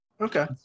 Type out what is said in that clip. Okay